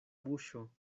buŝo